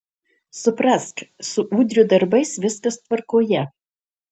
suprask su udrio darbais viskas tvarkoje